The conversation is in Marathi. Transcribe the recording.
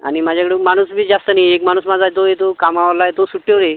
आणि माझ्याकडे माणूसबी जास्त नाही आहे एक माणूस माझा तो येतो कामवाला आहे तो सुट्टीवर आहे